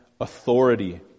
authority